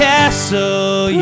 Castle